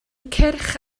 cyrch